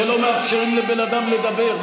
שלא מאפשרים לבן אדם לדבר?